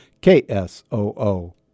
ksoo